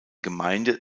gemeinde